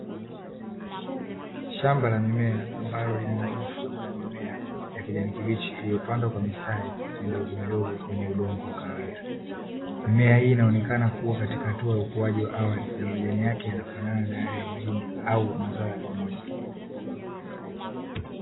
Shamba la mimea ambalo lina mifuko ya mimea ya kijani kibichi iliyopandwa kwa mistari midogomidogo kwenye udongo wa kahawia, mimea hii inaonekana kuwa katika hatua ya ukuaji wa awali. Majani yake yanafanana na yale ya mahindi au mazao ya pamoja.